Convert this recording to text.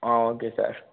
ah okay sir